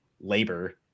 labor